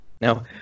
Now